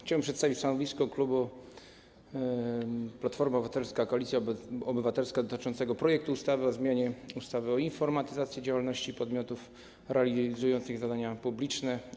Chciałem przedstawić stanowisko klubu Platforma Obywatelska - Koalicja Obywatelska dotyczące projektu ustawy o zmianie ustawy o informatyzacji działalności podmiotów realizujących zadania publiczne,